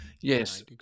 yes